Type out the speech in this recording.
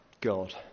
God